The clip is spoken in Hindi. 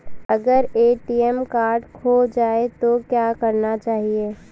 अगर ए.टी.एम कार्ड खो जाए तो क्या करना चाहिए?